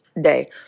day